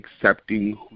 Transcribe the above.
accepting